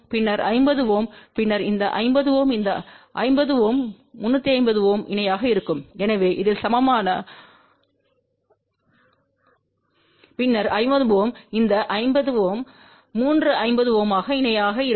பின்னர் 50 Ω பின்னர் இந்த 50 Ω இந்த 50 Ω 3 50 Ω இணையாக இருக்கும்